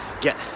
get